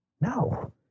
No